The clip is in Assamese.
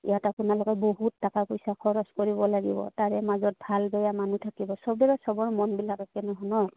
ইয়াত আপোনালোকে বহুত টকা পইচা খৰচ কৰিব লাগিব তাৰে মাজত ভাল বেয়া মানুহ থাকিব চবেৰে চবৰ মনবিলাক একে নহয় ন